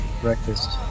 breakfast